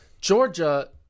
Georgia